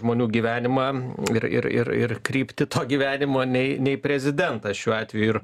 žmonių gyvenimą ir ir ir ir kryptį to gyvenimo nei nei prezidentas šiuo atveju ir